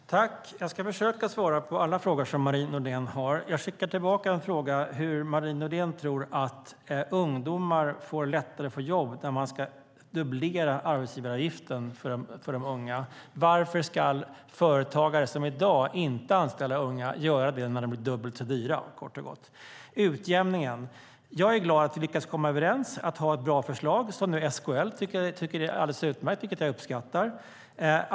Fru talman! Jag ska försöka svara på alla frågor som Marie Nordén har ställt. Jag skickar tillbaka en fråga, och det är hur Marie Nordén tror att det blir lättare för ungdomar att få jobb när man ska dubblera arbetsgivaravgiften för de unga. Varför ska företagare som i dag inte anställer unga göra det när de blir dubbelt så dyra? Utjämningen: Jag är glad att vi lyckas komma överens och har ett bra förslag, som SKL nu tycker är alldeles utmärkt, vilket jag uppskattar.